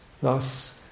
Thus